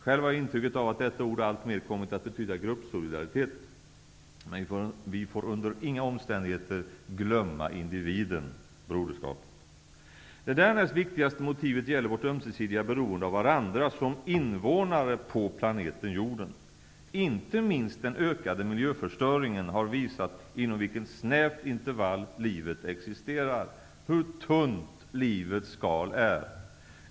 Själv har jag intrycket att detta ord alltmer kommit att betyda gruppsolidaritet. Men vi får under inga omständigheter glömma individen, broderskapet. Det därnäst viktigaste motivet gäller vårt ömsesidiga beroende av varandra som invånare på planeten jorden. Inte minst den ökade miljöförstöringen har visat inom vilket snävt intervall livet existerar, hur tunt livets skal är.